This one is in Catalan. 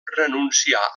renunciar